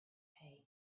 pay